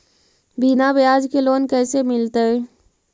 बिना ब्याज के लोन कैसे मिलतै?